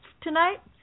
tonight